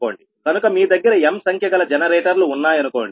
కనుక మీ దగ్గర m సంఖ్య గల జనరేటర్లు ఉన్నాయనుకోండి